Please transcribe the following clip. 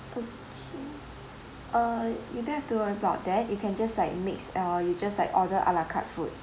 okay uh you don't have to worry about that you can just like mix or you just like order a la carte food